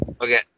Okay